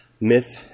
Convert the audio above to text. myth